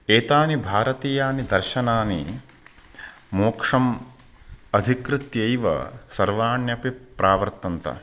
एतानि भारतीयानि दर्शनानि मोक्षम् अधिकृत्यैव सर्वाण्यपि प्रावर्तन्त